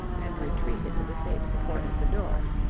and retreated to the safe support of the door.